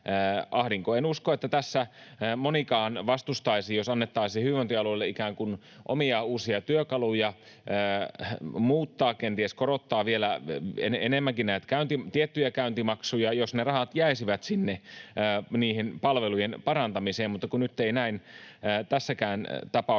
En usko, että tässä monikaan vastustaisi, jos annettaisiin hyvinvointialueille ikään kuin omia uusia työkaluja muuttaa, kenties korottaa vielä enemmänkin näitä tiettyjä käyntimaksuja, jos ne rahat jäisivät sinne niiden palvelujen parantamiseen, mutta kun nyt ei näin tässäkään tapauksessa